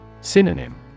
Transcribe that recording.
Synonym